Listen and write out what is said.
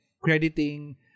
crediting